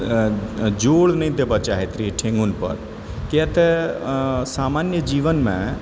जोड़ नहि देबै चाहैत रहै छी ठेहुनपर किया तऽ सामान्य जीवनमे